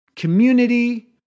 community